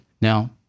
now